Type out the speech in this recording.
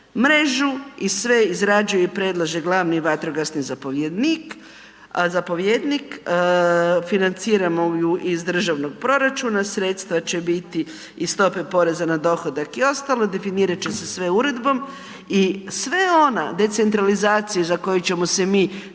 i sve izrađuje i predlaže glavni vatrogasni zapovjednik, a zapovjednika financiramo iz državnog proračuna, sredstva će biti iz stope poreza na dohodak i ostalo, definirat će se sve uredbom i sve ona decentralizacija za koju ćemo se mi